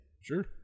Sure